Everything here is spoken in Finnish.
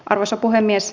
arvoisa puhemies